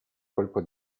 colpo